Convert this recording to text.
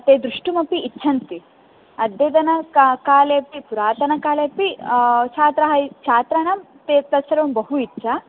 ते द्रष्टुमपि इच्छन्ति अद्यतन का काले अपि पुरातनकालेपि छात्राः य छात्राणां ते तत्सर्वं बहु इच्छा